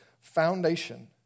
foundation